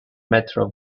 metro